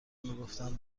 میگفتم